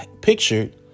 pictured